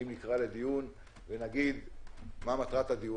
נגיד מה מטרת הדיון,